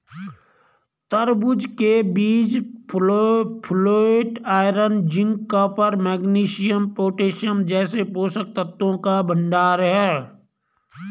तरबूज के बीज folate, iron, zinc, copper, magnesium, potassium जैसे पोषक तत्वों का भंडार है